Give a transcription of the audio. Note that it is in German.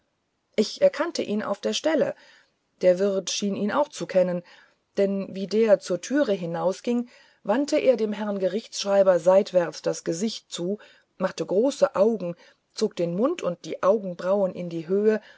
ich erkannte ihn auf der stelle der wirt scheint ihn auch zu kennen denn wie der zur tür hinausging wandte er dem herrn gerichtschreiber seitwärts das gesicht zu machte große augen zog den mund und die augenbrauen in die höhe